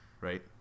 right